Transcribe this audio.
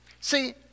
See